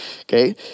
Okay